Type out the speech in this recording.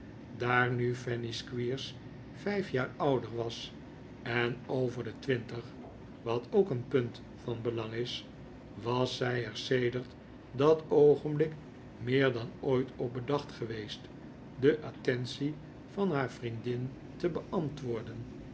daar nu fanny squeers vijf jaar ouder was en over de twintig wat ook een punt van belang is was zij er sedert dat oogenblik meer dan ooit op bedacht geweest de attentie van haar vriendin te beantwoorden